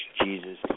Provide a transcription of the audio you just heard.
Jesus